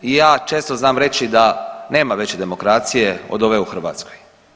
I ja često znam reći da nema veće demokracije od ove u Hrvatskoj.